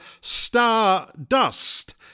Stardust